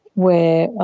where,